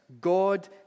God